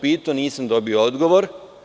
Pitao sam, nisam dobio odgovor.